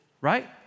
right